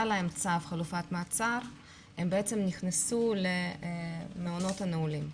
להם צו חלופת מעצר נכנסו למעונות הנעולים,